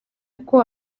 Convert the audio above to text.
kuko